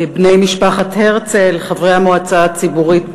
בני משפחת הרצל, חברי המועצה הציבורית